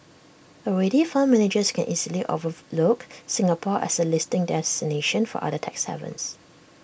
already fund managers can easily overlook Singapore as A listing destination for other tax havens